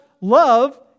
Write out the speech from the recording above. love